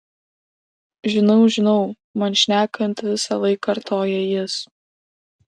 žinau žinau man šnekant visąlaik kartoja jis